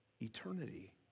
eternity